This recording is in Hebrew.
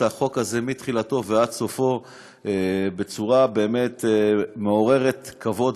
החוק הזה מתחילתו ועד סופו בצורה מעוררת כבוד,